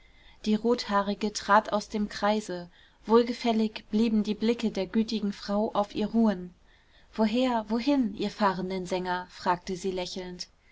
die rothaarige trat aus dem kreise wohlgefällig blieben die blicke der gütigen frau auf ihr ruhen woher wohin ihr fahrenden sänger fragte sie lächelnd